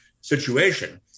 situation